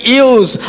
use